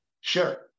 Sure